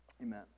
amen